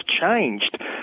changed